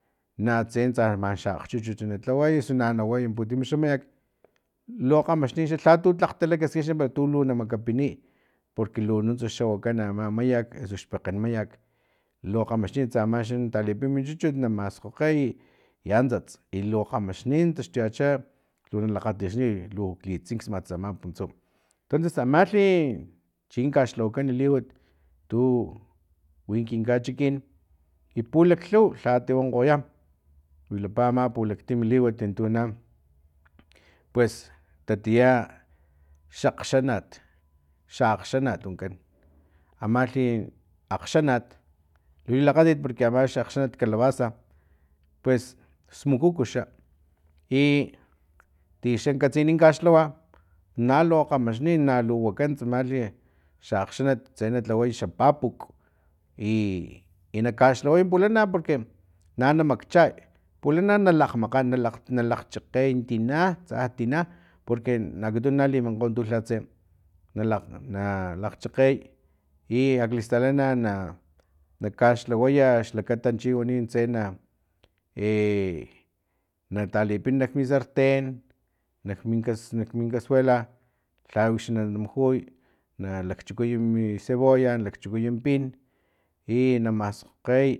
Natse tsa mani xa akgchuchuti na lhaway osu na naway putim xa mayak lo kgamaxnin xa lhatu tlakg talakaskin para tu lu namakapiniy porque lu nuntsa xa wakan ama mayak osu xpekgen mayak lo kgamaxnin tsa amaxa na talipin min chuchut na maskgokgey i antsats lo kgamaxnin taxtuyacha lu na lakgatixniy luk litsinksmats aman puntsu tonces tsamalhi chin kaxlhawakan liwat tu win kin kachikin i pulaklhuw lhati wonkgoya wilapa ama pulaktimi liwat tu na pues tatia xakgxanat xakgxanat wankan amalhi akgxanat lilakgatit porque ama xa akgxanat calabaza pues smukuku xa i tixan katsini kaxlhawa nalu kgamaxnin na lu wakan tsamalhi xa akgxanan na tse na lhaway xa papuk i na kaxlhaway pulana porque na na makchay pulana na lakgmakgan nalakg chakgey tina tsa tina porque akatuno na liminkgo untu lhaxa tse nalakg nalakgchakgey i akalistalan na na kaxlhawaya xlakata chi wani nintse na e natalipin nak mi sarten nak mincasu nak mincasuela lha wix na mujuy na lakchukuy mi cebolla na lakchukuya pin i na maskgokgey